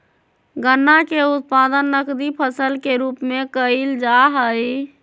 गन्ना के उत्पादन नकदी फसल के रूप में कइल जाहई